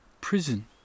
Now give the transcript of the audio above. prison